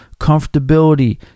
comfortability